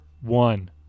one